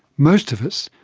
most of us,